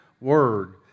word